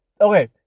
okay